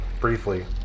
briefly